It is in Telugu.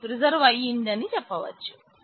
ఇది ప్రిసర్వ్ అయ్యింది అని చెప్పవచ్చు